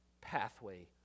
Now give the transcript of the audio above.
pathway